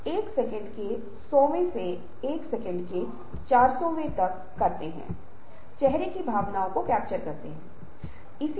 और पहला यह है कि आपको कर्मचारियों को बदलने के लिए प्रेरित करने की आवश्यकता है